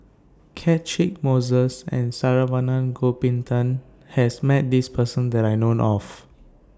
Catchick Moses and Saravanan Gopinathan has Met This Person that I know of